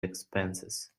expenses